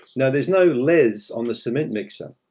now, there's no les on the cement mixer.